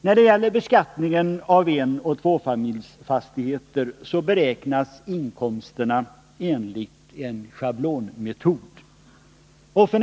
När det gäller beskattningen av enoch tvåfamiljsfastigheter beräknas inkomsterna enligt en schablonmetod.